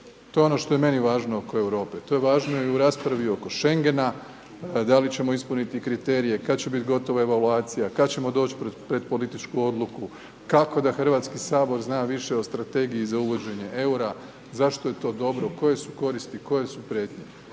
To je ono što je meni važno oko Europe, to je važno i oko raspravi oko Schengena, da li ćemo ispuniti kriterije, kada će biti gotovo evaluacija, kada ćemo doći pred političku odluku, kako da Hrvatski sabor zna više o strategiji za uvođenje eura, zašto je to dobro, koje su koristi, koje su prijetnje.